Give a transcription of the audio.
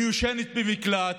אני ישנה במקלט,